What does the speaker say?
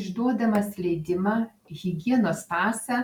išduodamas leidimą higienos pasą